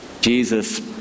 Jesus